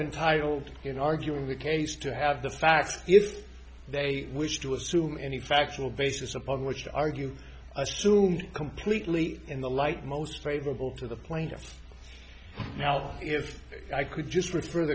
entitled in arguing the case to have the facts if they wish to assume any factual basis upon which to argue i assume completely in the light most favorable to the plaintiff now if i could just refer